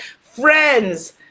friends